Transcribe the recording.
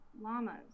llamas